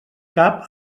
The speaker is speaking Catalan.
cap